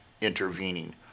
intervening